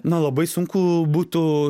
na labai sunku būtų